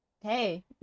Hey